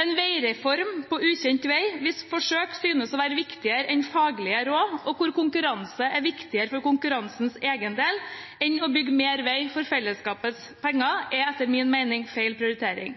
en veireform på ukjent vei hvis forsøk synes å være viktigere enn faglige råd, og hvor konkurranse er viktigere for konkurransens egen del enn å bygge mer vei for fellesskapets penger, er etter min mening feil prioritering.